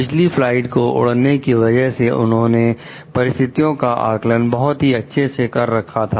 पिछली फ्लाइट को उड़ाने की वजह से उन्होंने परिस्थितियों का आकलन बहुत अच्छे से कर रखा था